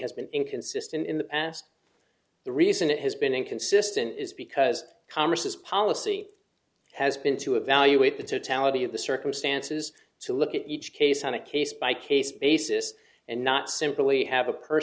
has been inconsistent in the past the reason it has been inconsistent is because congress has policy has been to evaluate the totality of the circumstances to look at each case on a case by case basis and not simply have a per